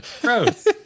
gross